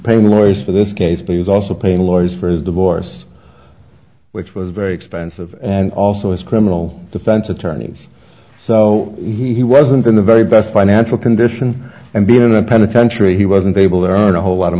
the lawyers for this case but he's also paying lawyers for his divorce which was very expensive and also his criminal defense attorneys so he wasn't in the very best financial condition and being in a penitentiary he wasn't able to earn a whole lot of